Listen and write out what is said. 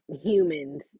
humans